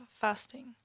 fasting